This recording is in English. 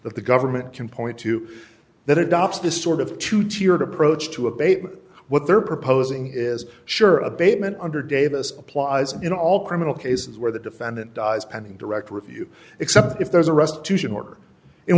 that the government can point to that adopts this sort of two tiered approach to abate what they're proposing is sure abatement under davis applies in all criminal cases where the defendant dies pending direct review except if there's a rest